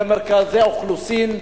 במרכזי אוכלוסין,